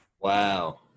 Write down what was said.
wow